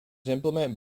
implement